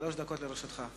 שלוש דקות לרשותך.